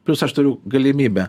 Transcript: plius aš turiu galimybę